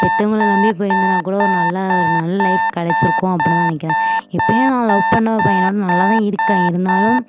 பெத்தவங்களை நம்பி போயிருந்தேனாக்கூட ஒரு நல்ல ஒரு நல்ல லைஃப் கிடச்சிருக்கும் அப்படிதான் நினக்கிறேன் இப்பையும் நான் லவ் பண்ண பையனோட நல்லா தான் இருக்கேன் இருந்தாலும்